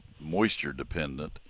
moisture-dependent